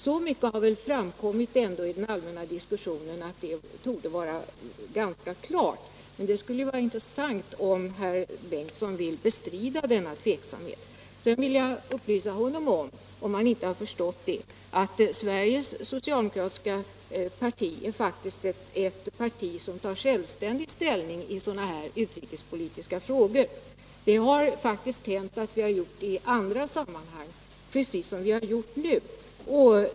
Så mycket har väl ändå framkommit i den allmänna diskussionen att detta torde vara ganska klart. Men det skulle vara intressant om herr Bengtson vill bestrida denna tveksamhet. Sedan vill jag upplysa honom om — om han inte förstått det — att Sveriges socialdemokratiska parti faktiskt är ett parti som tar självständig ställning i sådana här utrikespolitiska frågor. Vi har gjort det i andra sammanhang, precis som vi har gjort nu.